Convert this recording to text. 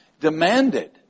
demanded